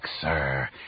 sir